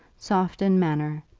soft in manner,